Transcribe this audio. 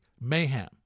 mayhem